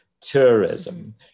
tourism